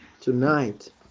tonight